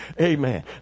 amen